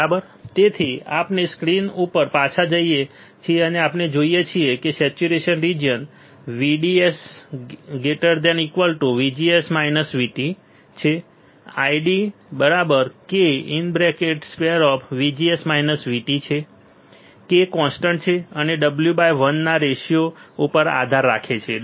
બરાબર તેથી આપણે સ્ક્રીન ઉપર પાછા જઈએ છીએ જે આપણે જોઈએ છીએ તે છે saturation region VDS VGS VT ID k 2 k constant છે અને W l ના રેશિયો ઉપર આધાર રાખે છે